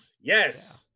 yes